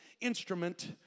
instrument